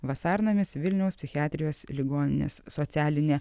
vasarnamis vilniaus psichiatrijos ligoninės socialinė